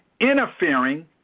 interfering